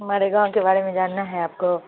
ہمارے گاؤں کے بارے میں جاننا ہے آپ کو